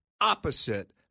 opposite